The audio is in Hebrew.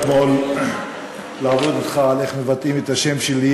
אתמול לעבוד אתך על איך מבטאים את השם שלי,